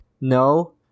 no